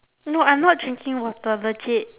no I'm not drinking water legit